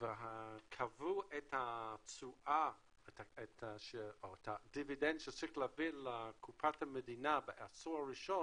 וקבעו את התשואה או את הדיבידנד שצריך להעביר לקופת המדינה בעשור הראשון